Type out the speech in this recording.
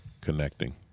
connecting